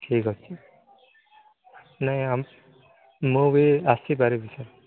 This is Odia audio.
ଠିକ୍ ଅଛି ନାଇଁ ଆମେ ମୁଁ ବି ଆସିପାରିବି ସାର୍